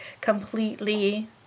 completely